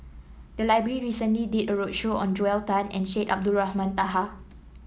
the library recently did a roadshow on Joel Tan and Syed Abdulrahman Taha